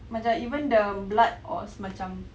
macam even the blood was macam